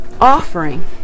offering